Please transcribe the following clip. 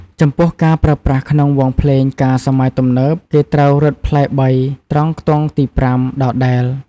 ចំពោះការប្រើប្រាស់ក្នុងវង់ភ្លេងការសម័យទំនើប គេត្រូវរឹតផ្លែ៣ ត្រង់ខ្ទង់ទី៥ ដដែល។